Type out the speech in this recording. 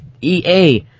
EA